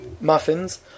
Muffins